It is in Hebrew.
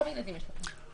כמה ילדים יש לכם?